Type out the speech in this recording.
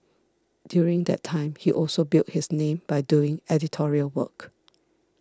during that time he also built his name by doing editorial work